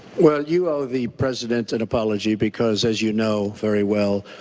well you owe the president an apology because as you know very well,